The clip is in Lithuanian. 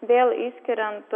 vėl išskiriant